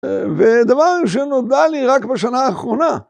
ודבר שנודע לי רק בשנה האחרונה.